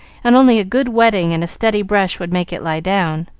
and only a good wetting and a steady brush would make it lie down.